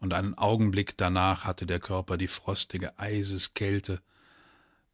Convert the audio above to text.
und einen augenblick danach hatte der körper die frostige eiseskälte